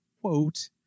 quote